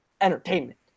Entertainment